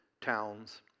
towns